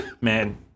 man